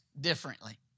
differently